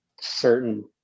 certain